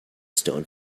stone